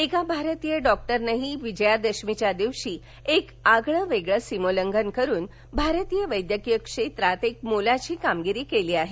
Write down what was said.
एका भारतीय डॉक्टरनंही विजयादशमीच्या दिवशी एक आगळंवेगळं सीमोल्लंघन करून भारतीय वैद्यकीय क्षेत्रात एक मोलाची कामगिरी केली आहे